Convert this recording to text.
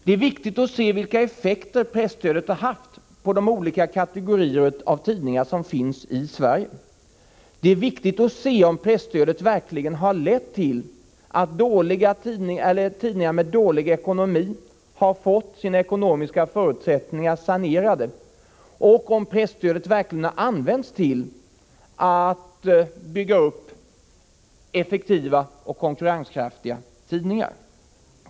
Det är viktigt att se vilka effekter presstödet har haft på de olika kategorier tidningar som finns i Sverige. Det är viktigt att se om presstödet verkligen har lett till att tidningar med dålig ekonomi fått sina ekonomiska förutsättningar sanerade och om presstödet verkligen har använts till att bygga upp effektiva och konkurrenskraftiga tidningar.